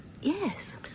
Yes